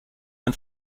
ein